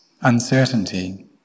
uncertainty